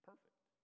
Perfect